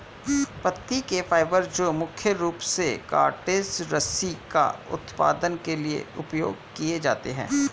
पत्ती के फाइबर जो मुख्य रूप से कॉर्डेज रस्सी का उत्पादन के लिए उपयोग किए जाते हैं